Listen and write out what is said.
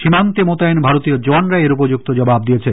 সীমান্তে মোতায়েন ভারতীয় জোয়ানরা এর উপযুক্ত জবাব দিয়েছে